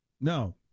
No